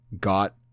Got